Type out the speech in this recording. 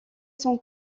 son